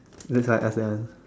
that's why I ask that one